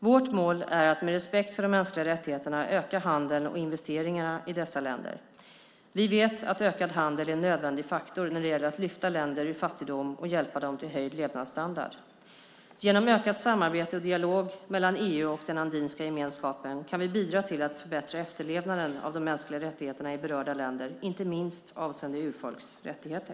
Vårt mål är att med respekt för de mänskliga rättigheterna öka handeln och investeringarna i dessa länder. Vi vet att ökad handel är en nödvändig faktor när det gäller att lyfta länder ur fattigdom och hjälpa dem till höjd levnadsstandard. Genom ökat samarbete och dialog mellan EU och Andinska gemenskapen kan vi bidra till att förbättra efterlevnaden av de mänskliga rättigheterna i berörda länder, inte minst avseende urfolks rättigheter.